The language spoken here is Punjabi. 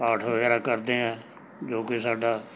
ਪਾਠ ਵਗੈਰਾ ਕਰਦੇ ਹਾਂ ਜੋ ਕਿ ਸਾਡਾ